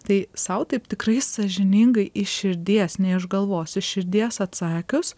tai sau taip tikrai sąžiningai iš širdies ne iš galvos iš širdies atsakius